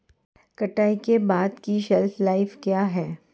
कटाई के बाद की शेल्फ लाइफ क्या है?